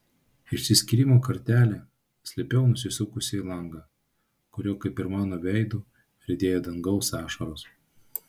išsiskyrimo kartėlį slėpiau nusisukusi į langą kuriuo kaip ir mano veidu riedėjo dangaus ašaros